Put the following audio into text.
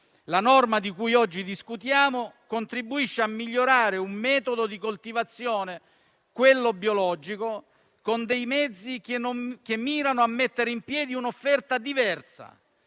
la norma di cui oggi discutiamo contribuisce a migliorare un metodo di coltivazione - quello biologico - con mezzi che mirano a mettere in piedi un'offerta diversa.